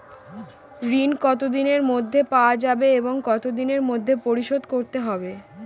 ঋণ কতদিনের মধ্যে পাওয়া যাবে এবং কত দিনের মধ্যে পরিশোধ করতে হবে?